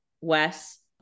Wes